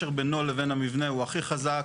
המזיק שהקשר בינו למבנה הוא הכי חזק,